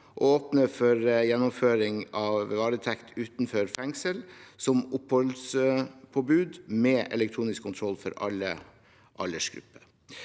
å åpne for gjennomføring av varetekt utenfor fengsel som oppholdspåbud med elektronisk kontroll for alle aldersgrupper.